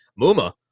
Muma